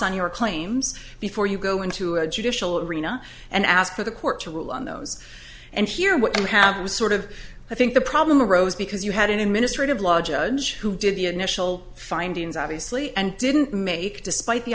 on your claims before you go into a judicial arena and ask for the court to rule on those and hear what you have it was sort of i think the problem arose because you had an administrative law judge who did the initial findings obviously and didn't make despite the